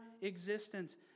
existence